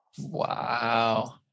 Wow